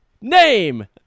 Name